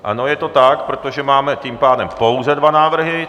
Ano, je to tak, protože máme tím pádem pouze dva návrhy.